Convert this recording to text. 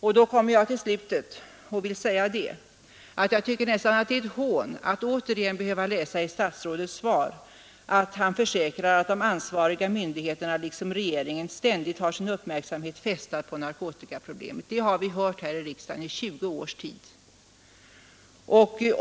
Därmed närmar jag mig slutet av mitt anförande och vill säga att jag nästan tycker det är ett hån att återigen behöva läsa i statsrådets svar: ”Jag kan försäkra att de ansvariga myndigheterna liksom regeringen ständigt har sin uppmärksamhet fästad vid narkotikaproblemet.” Detta besked har riksdagen fått i tjugo års tid!